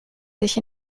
sich